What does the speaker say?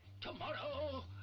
Tomorrow